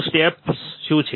તો સ્ટેપ્સ શું છે